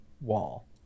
wall